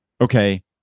Okay